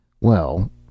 Well